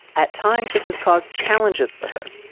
at times, this has caused challenges for her.